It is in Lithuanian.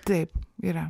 taip yra